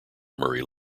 murray